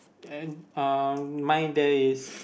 then um mine there is